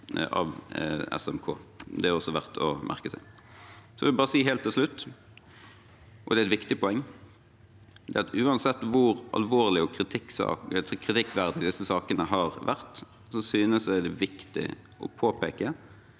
Det er verdt å merke seg. Jeg vil helt til slutt si, og det er et viktig poeng, at uansett hvor alvorlige og kritikkverdige disse sakene har vært, synes jeg det er viktig å påpeke